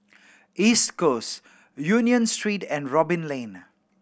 East Coast Union Street and Robin Lane